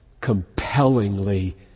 compellingly